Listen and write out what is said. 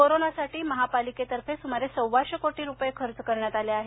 कोरोनासाठी महापालिकेतर्फे सुमारे सव्वाशे कोटी रुपये खर्च करण्यात आले आहेत